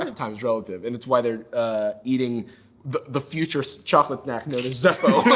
and time is relative. and it's why they're eating the the future's chocolate snack, know as zeffo.